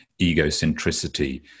egocentricity